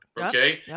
Okay